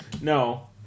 No